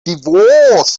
divorce